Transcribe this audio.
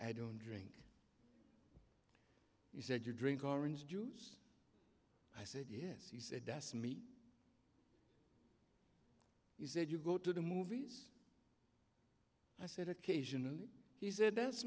i don't drink you said you drink orange juice i said yes he said does meet you said you go to the movies i said occasionally he said that's